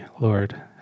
Lord